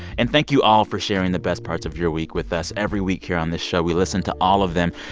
and thank you all for sharing the best parts of your week with us. every week here on this show, we listen to all of them.